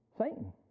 Satan